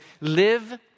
live